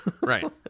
Right